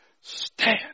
stand